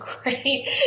great